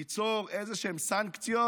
ליצור סנקציות?